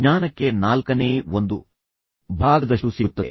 ಜ್ಞಾನಕ್ಕೆ ನಾಲ್ಕನೇ ಒಂದು ಭಾಗದಷ್ಟು ಸಿಗುತ್ತದೆ